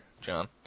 John